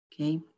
okay